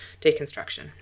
deconstruction